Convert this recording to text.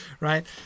right